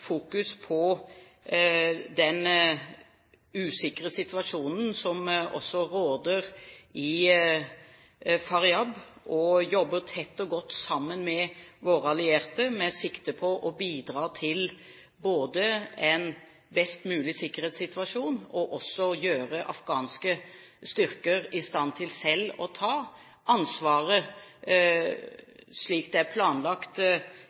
fokus på den usikre situasjonen som råder i Faryab, og jobber tett og godt sammen med våre allierte med sikte på å bidra til både en best mulig sikkerhetssituasjon og å gjøre afghanske styrker i stand til selv å ta ansvaret, slik det er planlagt